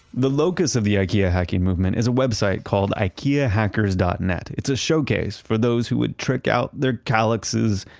the locus of the ikea hacking movement is a website called ikeahackers dot net. it's a showcase for those who would trick out their kallaxes,